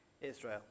Israel